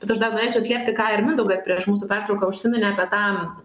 bet aš dar norėčiau atliepti ką ir mindaugas prieš mūsų pertrauką užsiminė apie tan